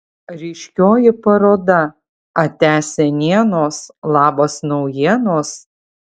ryškioji paroda atia senienos labas naujienos